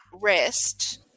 rest